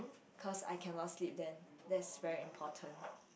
because I cannot sleep then that's very important